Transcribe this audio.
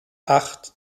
acht